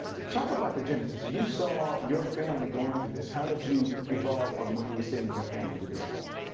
talk about the genesis. you saw your family going through this. how did you evolve from what you're seeing in your family to this point?